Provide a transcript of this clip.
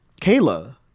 Kayla